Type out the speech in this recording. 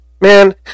man